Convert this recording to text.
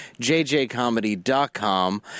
jjcomedy.com